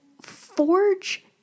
forge